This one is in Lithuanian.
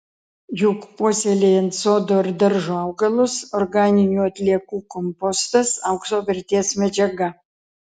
juk puoselėjant sodo ir daržo augalus organinių atliekų kompostas aukso vertės medžiaga